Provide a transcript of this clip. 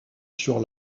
sur